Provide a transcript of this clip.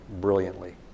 brilliantly